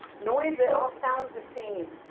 noise that all sounds the same,